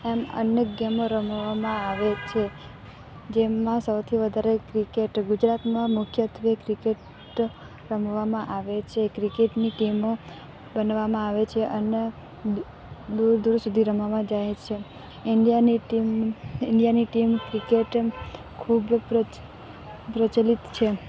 એમ અનેક ગેમો રમવામાં આવે છે જેમાં માં સૌથી વધારે ક્રિકેટ ગુજરાતમાં મુખ્યત્વે ક્રિકેટ રમવામાં આવે છે ક્રિકેટની ટીમો બનવામાં આવે છે અને દૂર દૂર સુધી રમવામાં જાય છે ઇન્ડિયાની ટીમ ઈન્ડિયાની ટીમ ક્રિકેટ ખૂબ પ્રચલિત છે